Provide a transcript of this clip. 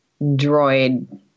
droid